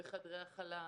בחדרי הכלה,